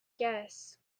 guess